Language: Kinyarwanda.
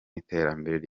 iterambere